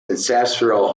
ancestral